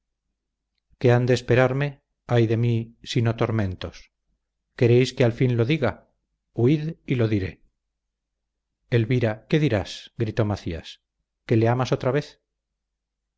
han de esperarme ay de mí sino tormentos queréis que al fin lo diga huid y lo diré elvira qué dirás gritó macías que le amas otra vez